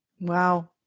Wow